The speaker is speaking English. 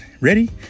ready